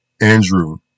Andrew